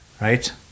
right